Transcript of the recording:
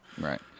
Right